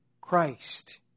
Christ